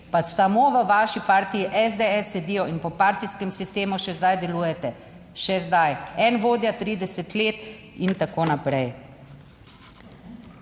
pa samo v vaši partiji SDS sedijo in po partijskem sistemu še zdaj delujete, še zdaj. En vodja 30 let in tako naprej.